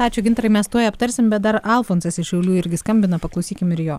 ačiū gintarai mes tuoj aptarsim bet dar alfonsas iš šiaulių irgi skambina paklausykim ir jo